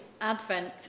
Advent